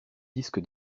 disque